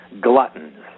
Gluttons